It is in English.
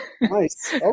Nice